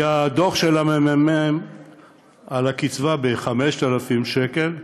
מהדוח של הממ"מ על הקצבה של 5,000 שקל,